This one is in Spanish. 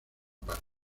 parte